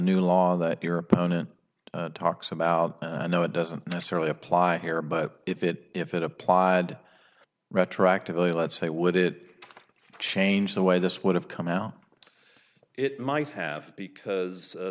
new law that your opponent talks about no it doesn't necessarily apply here but if it if it applied retroactively let's say would it change the way this would have come out it might have because